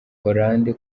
hollande